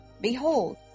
Behold